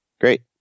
Great